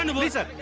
and visa,